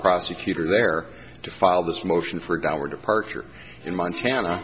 prosecutor there to file this motion for got our departure in montana